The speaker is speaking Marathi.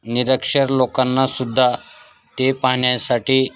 निरक्षर लोकांना सुद्धा ते पाहण्यासाठी